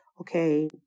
okay